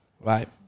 right